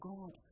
God